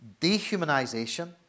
dehumanization